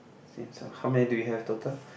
seems ah how many do you have total